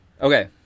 Okay